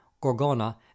Gorgona